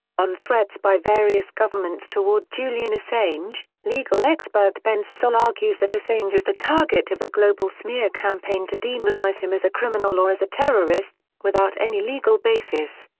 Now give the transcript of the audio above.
on threats by various governments toward julian assange, legal expert ben saul argues that assange is the target of a global smear campaign to demonise him as a criminal or as a terrorist, without any legal basis.